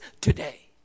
today